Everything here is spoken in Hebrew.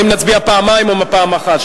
האם נצביע פעמיים או פעם אחת?